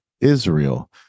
Israel